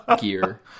gear